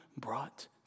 brought